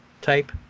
type